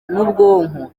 n’ubwonko